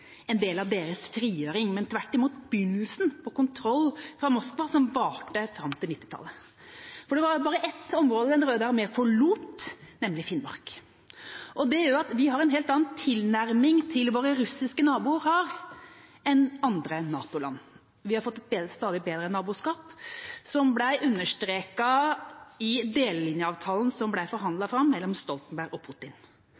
en del av deres frigjøring, men tvert imot begynnelsen på en kontroll fra Moskva som varte fram til 1990-tallet. For det var bare ett område Den røde armé forlot, nemlig Finnmark. Det gjør at vi har en helt annen tilnærming til våre russiske naboer enn det andre NATO-land har. Vi har fått et stadig bedre naboskap, som ble understreket i delelinjeavtalen som